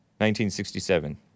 1967